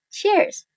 Cheers